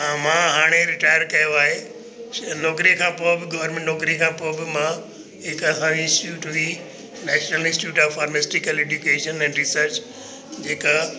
मां हाणे रिटायर कयो आहे छो नौकरी खां पोइ बि गौरमेंट नौकरी खां पोइ बि मां हिकु इंस्टिट्यूट हुई national institute of pharmaceutical education and research जेका